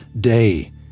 day